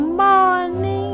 morning